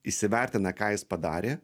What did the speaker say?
įsivertina ką jis padarė